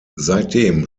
seitdem